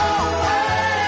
away